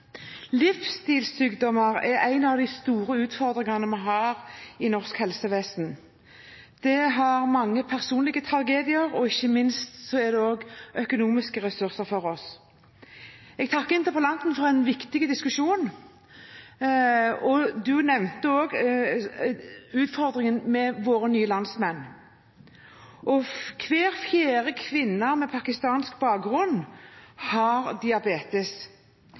en av de store utfordringene vi har i norsk helsevesen. Det fører til mange personlige tragedier, og ikke minst krever det økonomiske ressurser av oss. Jeg takker interpellanten for en viktig diskusjon. Han nevnte utfordringen med våre nye landsmenn. Hver fjerde kvinne med pakistansk bakgrunn har